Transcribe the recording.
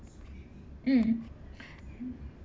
mm